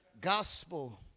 Gospel